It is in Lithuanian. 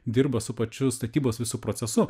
dirba su pačiu statybos visu procesu